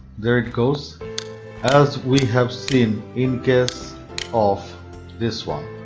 there it goes as we have seen in case of this one.